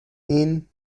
این